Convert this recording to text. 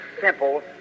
simple